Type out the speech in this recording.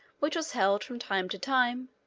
which was held from time to time,